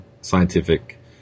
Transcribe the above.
scientific